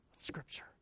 Scripture